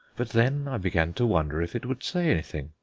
but then began to wonder if it would say anything.